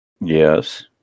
Yes